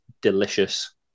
delicious